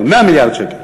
על 100 מיליארד שקל.